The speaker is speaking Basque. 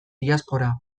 diaspora